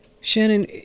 Shannon